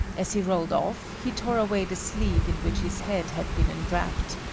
as he rolled off he tore away the sleeve in which his head had been enwrapped,